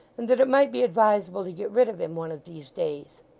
and that it might be advisable to get rid of him one of these days.